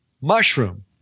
mushroom